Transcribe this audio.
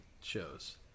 shows